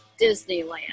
Disneyland